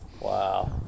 Wow